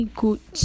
good